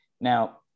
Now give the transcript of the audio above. Now